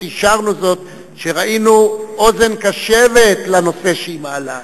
אישרנו זאת כשראינו אוזן קשבת לנושא שהיא מעלה.